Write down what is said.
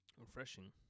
Refreshing